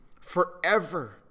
forever